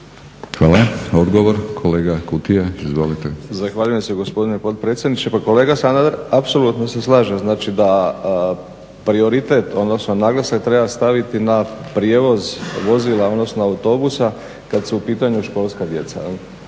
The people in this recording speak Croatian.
Branko (HDZ)** Zahvaljujem se gospodine potpredsjedniče. Pa kolega Sanader apsolutno se slažem znači da prioritet, odnosno naglasak treba staviti na prijevoz vozila, odnosno autobusa kada su u pitanju školska djeca.